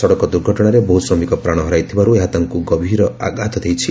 ସଡ଼କ ଦୂର୍ଘଟଣାରେ ବହୁ ଶ୍ରମିକ ପ୍ରାଣ ହରାଇଥିବାରୁ ଏହା ତାଙ୍କୁ ଗଭୀର ଆଘାତ ଦେଇଛି